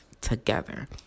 together